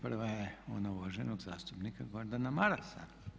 Prva je ona uvaženog zastupnika Gordana Marasa.